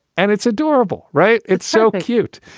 and it's adorable, right? it's so cute.